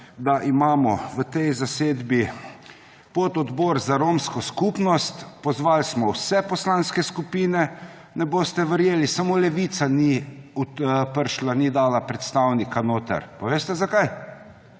da imamo v tej zasedbi pododbor za romsko skupnost, pozvali smo vse poslanske skupine; ne boste verjeli, samo Levica ni prišla, ni dala predstavnika noter. Veste, zakaj?